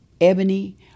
Ebony